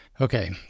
Okay